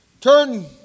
Turn